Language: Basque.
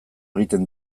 egiten